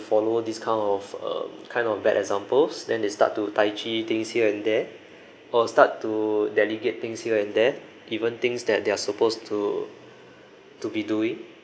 follow this kind of um kind of bad examples then they start to tai chi things here and there or start to delegate things here and there even things that they're supposed to to be doing